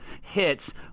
hits